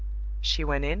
she went in,